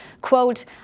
quote